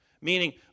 Meaning